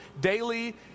daily